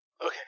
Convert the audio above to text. Okay